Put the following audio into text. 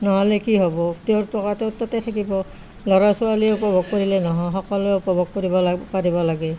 নহ'লে কি হ'ব তেওঁৰ টকাটো তাতে থাকিব ল'ৰা ছোৱালীয়ে উপভোগ কৰিলে নহয় সকলোৱে উপভোগ কৰিব লাগ পাৰিব লাগে